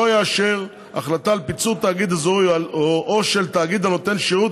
יאשר החלטה על פיצול של תאגיד אזורי או של תאגיד הנותן שירות